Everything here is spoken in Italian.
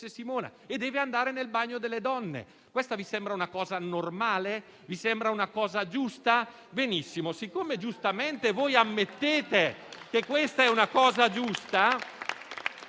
e deve andare nel bagno delle donne. Questa vi sembra una cosa normale? Vi sembra una cosa giusta? *(Applausi. Commenti)*. Benissimo. Siccome giustamente voi ammettete che questa è una cosa giusta